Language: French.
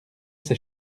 ses